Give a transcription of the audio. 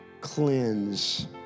cleanse